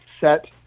set